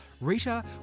Rita